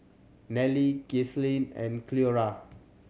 Neely Gisele and Cleora